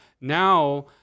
Now